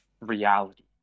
reality